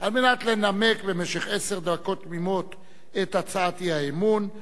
לנמק במשך עשר דקות תמימות את הצעת האי-אמון.